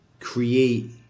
Create